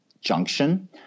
junction